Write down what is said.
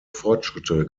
fortschritte